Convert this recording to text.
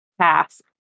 Pass